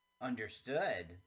understood